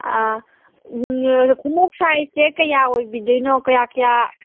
ꯑꯥ ꯎꯝ ꯈꯣꯡꯎꯞ ꯁꯥꯏꯖꯁꯦ ꯀꯌꯥ ꯑꯣꯏꯕꯤꯗꯣꯏꯅꯣ ꯀꯌꯥ ꯀꯌꯥ